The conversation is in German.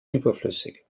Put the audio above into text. überflüssig